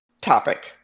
topic